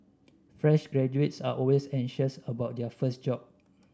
fresh graduates are always anxious about their first job